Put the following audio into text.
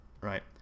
right